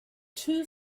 two